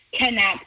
connect